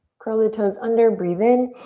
curl your toes under, breathe in.